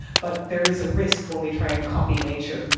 but there is a risk when we try and copy nature.